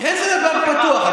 איזה נתב"ג פתוח?